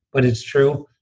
but it's true.